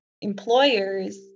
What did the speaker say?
employers